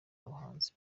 abahanzi